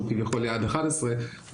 שהוא כביכול יעד 11,